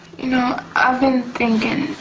you know, i've been thinking